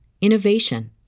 innovation